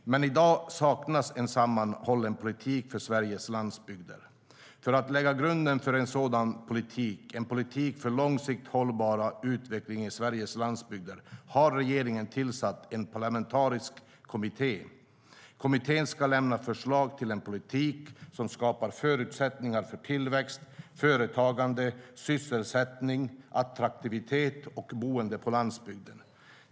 Men i dag saknas en sammanhållen politik för Sveriges landsbygder. För att lägga grunden för en sådan politik, en politik för långsiktigt hållbar utveckling i Sveriges landsbygder, har regeringen tillsatt en parlamentarisk kommitté. Kommittén ska lämna förslag till en politik som skapar förutsättningar för tillväxt, företagande, sysselsättning, attraktivitet och boende på landsbygden.